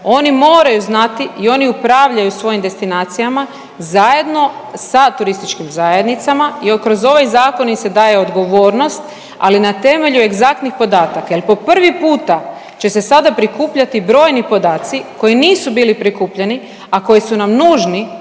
oni moraju znati i oni upravljaju svojim destinacijama zajedno sa turističkim zajednicama jer kroz ovaj zakon im se daje odgovornost, ali na temelju egzaktnih podataka jel po prvi puta će se sada prikupljati brojni podaci koji nisu bili prikupljeni, a koji su nam nužni